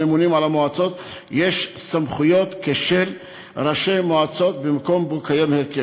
לממונים על המועצות יש סמכויות כשל ראשי מועצות במקום שבו קיים הרכב,